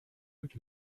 would